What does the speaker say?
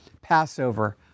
Passover